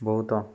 ବହୁତ